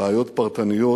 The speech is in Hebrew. בעיות פרטניות